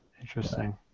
Interesting